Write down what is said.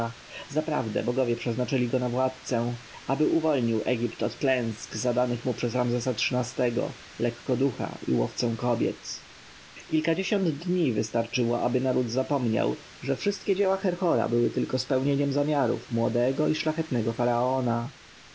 zaprawdę bogowie przeznaczyli go na władcę aby uwolnił egipt od klęsk zadanych mu przez ramzesa xiii-go lekkoducha i łowcę kobiet kilkadziesiąt dni wystarczyło aby naród zapomniał że wszystkie dzieła herhora były tylko spełnieniem zamiarów młodego i szlachetnego faraona